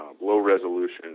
low-resolution